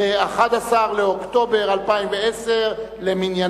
היא ב-11 באוקטובר 2010 למניינם,